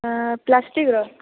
ପ୍ଲାଷ୍ଟିକ୍ର